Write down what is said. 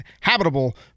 habitable